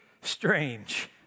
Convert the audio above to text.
strange